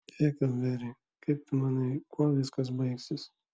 heklberi kaip tu manai kuo viskas baigsis